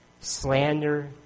slander